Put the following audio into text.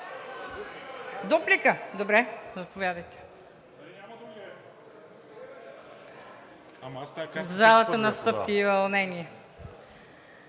Дуплика – заповядайте. В залата настъпи вълнение,